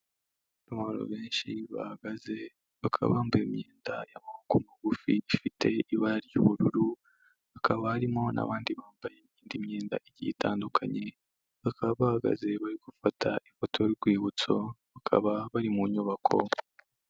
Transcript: Abantu benshi bahagaze bakaba bambaye imyenda y'amaboko magufi ifite ibara ry'ubururu hakaba harimo n'abandi bambaye indi myenda igiye itandukanye bakaba bahagaze bari gufata ifoto y'urwibutso bakaba bari mu nyubako.